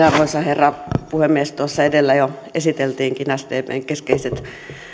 arvoisa herra puhemies tuossa edellä jo esiteltiinkin sdpn keskeiset